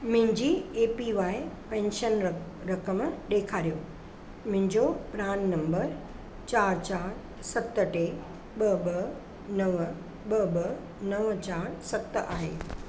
मुंहिंजी A P Y pension रक़म ॾेखारियो मुंहिंजो प्रान नंबर चारि चारि सत टे ॿ ॿ नव ॿ ॿ नव चारि सत आहे